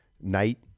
night